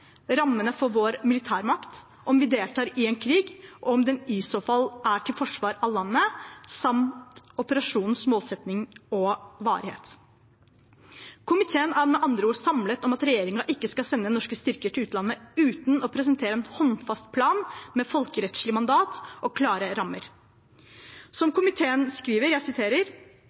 rammene for vår militærmakt, om vi deltar i en krig og om den i så fall er til forsvar av landet, samt operasjonens målsetting og varighet. Komiteen er med andre ord samlet om at regjeringen ikke skal sende norske styrker til utlandet uten å presentere en håndfast plan med folkerettslig mandat og klare rammer. Som komiteen skriver: